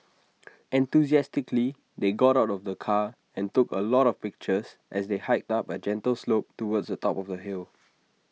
enthusiastically they got out of the car and took A lot of pictures as they hiked up A gentle slope towards the top of the hill